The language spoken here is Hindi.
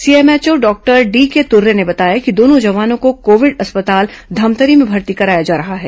सीएमएचओ डॉक्टर डीके तुर्रे ने बताया कि दोनों जवानों को कोविड अस्पताल धमतरी में भर्ती कराया जा रहा है